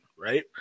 right